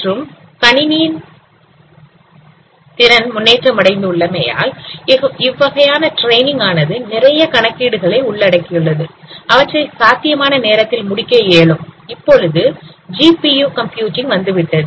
மற்றும் கணினியின் திறன் முன்னேற்றமடைந்து உள்ளமையால் இவ்வகையான ட்ரெயினிங் ஆனது நிறைய கணக்கீடுகளை உள்ளடக்கியது அவற்றை சாத்தியமான நேரத்தில் முடிக்க இயலும் இப்பொழுது ஜிபியூ கம்ப்யூட்டிங் வந்துவிட்டது